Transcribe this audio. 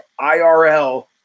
IRL